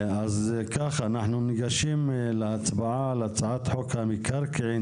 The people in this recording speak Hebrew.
אנחנו ניגשים להצבעה על הצעת חוק המקרקעין